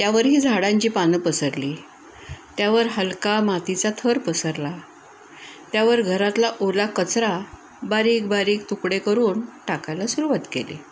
त्यावर ही झाडांची पानं पसरली त्यावर हलका मातीचा थर पसरला त्यावर घरातला ओला कचरा बारीक बारीक तुकडे करून टाकायला सुरुवात केली